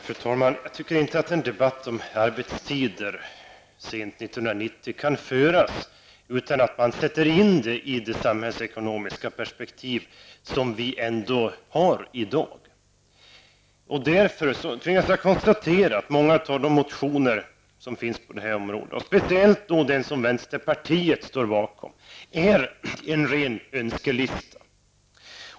Fru talman! Jag tycker inte att en debatt om arbetstider sent under 1990 kan föras utan att man sätter in detta i det samhällsekonomiska perspektiv som vi ändå har i dag. Därför tvingas jag konstatera att många av de motioner som finns på detta område, och speciellt den från vänsterpartiet, utgör en ren önskelista.